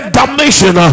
damnation